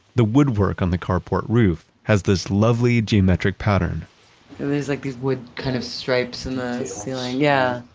the woodwork on the car port roof has this lovely geometric pattern there is like these wood kind of stripes in the ceiling. details. yeah.